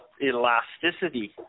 elasticity